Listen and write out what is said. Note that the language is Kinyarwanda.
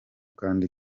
kandi